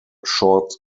short